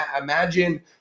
imagine